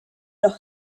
los